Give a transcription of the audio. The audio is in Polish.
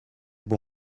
był